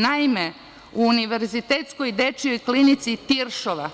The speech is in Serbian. Naime, na Univerzitetskoj dečijoj klinici Tiršova